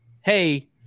Hey